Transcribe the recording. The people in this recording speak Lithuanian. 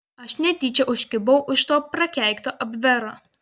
aš netyčia užkibau už to prakeikto abvero